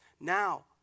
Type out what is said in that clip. now